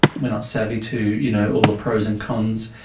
we're not savvy to you know all the pros and cons.